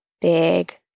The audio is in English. big